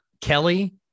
Kelly